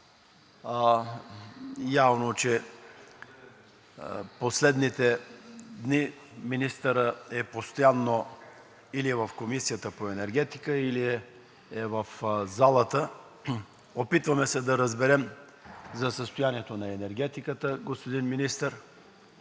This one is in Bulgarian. Явно, че в последните дни министърът е постоянно или в Комисията по енергетика, или е в залата. Опитваме се да разберем за състоянието на енергетиката, господин Министър.